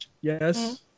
Yes